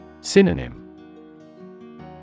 Synonym